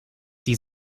die